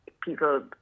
people